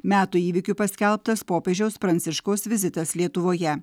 metų įvykiu paskelbtas popiežiaus pranciškaus vizitas lietuvoje